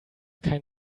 kein